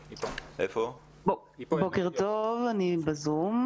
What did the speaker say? בוקר טוב, אני בזום.